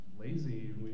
Lazy